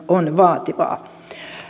on vaativaa